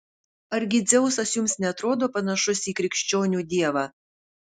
argi dzeusas jums neatrodo panašus į krikščionių dievą